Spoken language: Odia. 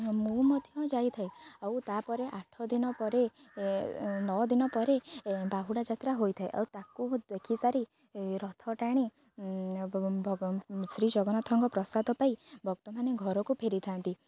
ମୁଁ ମଧ୍ୟ ଯାଇଥାଏ ଆଉ ତାପରେ ଆଠ ଦିନ ପରେ ନଅ ଦିନ ପରେ ବାହୁଡ଼ା ଯାତ୍ରା ହୋଇଥାଏ ଆଉ ତାକୁ ଦେଖିସାରି ରଥ ଟାଣି ଶ୍ରୀ ଜଗନ୍ନାଥଙ୍କ ପ୍ରସାଦ ପାଇ ଭକ୍ତମାନେ ଘରକୁ ଫେରିଥାନ୍ତି